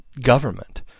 government